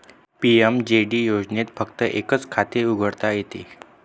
PMJD योजनेत फक्त एकच खाते उघडता येते